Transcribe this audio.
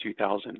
2000